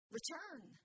Return